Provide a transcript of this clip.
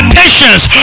patience